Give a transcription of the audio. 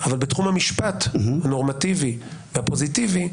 אבל בתחום המשפט הנורמטיבי והפוזיטיבי,